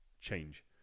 change